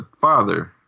father